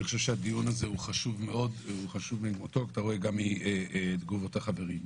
אני חשוב שהדיון הזה חשוב מאוד ואתה רואה גם מתגובות החברים.